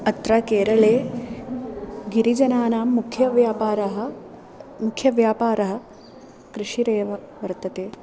अत्र केरळे गिरिजनानां मुख्यव्यापारः मुख्यव्यापारः कृषिरेव वर्तते